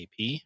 AP